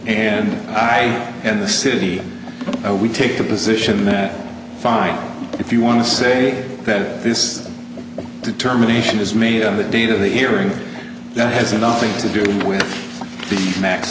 and i and the city we take the position that fine if you want to say that this determination is made on the date of the hearing that has nothing to do with the